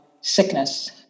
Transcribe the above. sickness